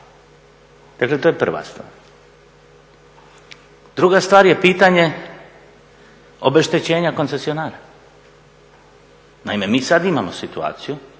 Dakle, to je prva stvar. Druga stvar je pitanje obeštećenja koncesionara. Naime, mi sad imamo situaciju